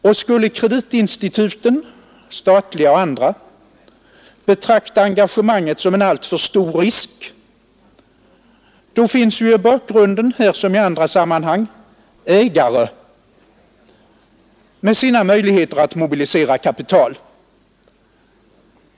Och skulle kreditinstituten — statliga och andra — betrakta engagemanget som en alltför stor risk finns det ju i bakgrunden, här som i andra sammanhang, ägare med sina möjligheter att mobilisera kapital.